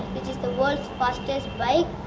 the world's fastest bike,